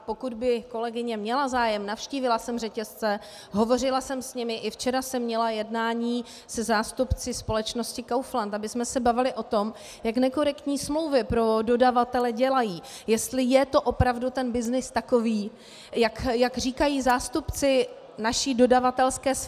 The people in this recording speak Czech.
Pokud by kolegyně měla zájem, navštívila jsem řetězce, hovořila jsem s nimi, i včera jsem měla jednání se zástupci společnosti Kaufland, abychom se bavili o tom, jak nekorektní smlouvy pro dodavatele dělají, jestli je to opravdu byznys takový, jak říkají zástupci naší dodavatelské sféry.